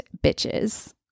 Bitches